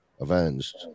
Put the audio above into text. Avenged